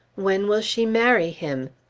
when will she marry him?